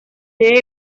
sede